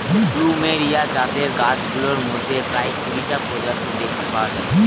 plumeria জাতের গাছগুলোর মধ্যে প্রায় কুড়িটা প্রজাতি দেখতে পাওয়া যায়